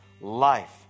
life